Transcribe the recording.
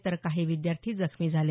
तर काही विद्यार्थी जखमी झाले